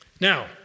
Now